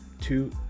two